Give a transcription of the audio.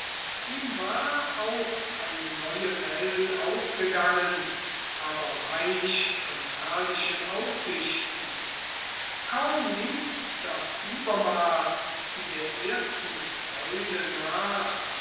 ihm war auch eine neue welt aufgegangen aber reich an herrlichen aussichten kaum ließ das übermaß der ersten freude nach